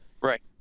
right